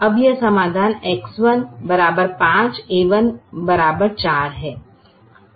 अब यह समाधान X1 5 a1 4 है